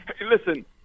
Listen